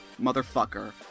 motherfucker